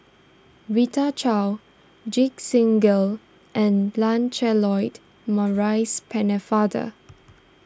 Rita Chao Ajit Singh Gill and Lancelot Maurice Pennefather